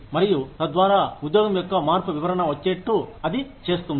మరియు తద్వారా ఉద్యోగం యొక్క మార్పు వివరణ వచ్చేట్టు అది చేస్తుంది